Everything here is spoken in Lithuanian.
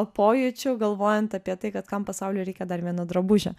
pojūčių galvojant apie tai kad kam pasauliui reikia dar vieno drabužio